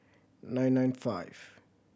nine nine five